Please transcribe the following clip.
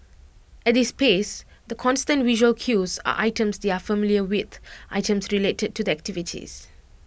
at this space the constant visual cues are items they are familiar with items related to the activities